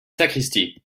sacristie